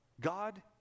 God